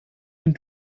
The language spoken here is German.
den